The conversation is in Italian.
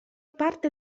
parte